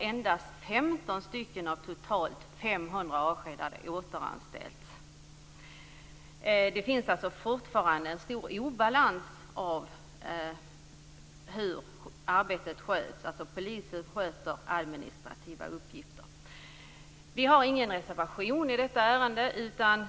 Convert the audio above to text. Endast 15 av totalt 500 avskedade har återanställts. Det finns alltså fortfarande en stor obalans när det gäller hur arbetet sköts. Poliser sköter administrativa uppgifter. Vi har ingen reservation i detta ärende.